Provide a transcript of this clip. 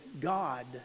God